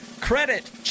Credit